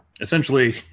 essentially